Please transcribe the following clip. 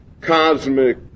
cosmic